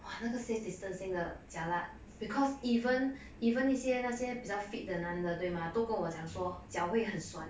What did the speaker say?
!wah! 那个 safe distancing 的 jialat because even even 那些那些比较 fit 的男的对吗都跟我讲说脚会很酸